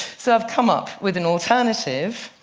so i've come up with an alternative,